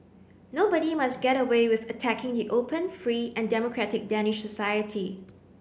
nobody must get away with attacking the open free and democratic Danish society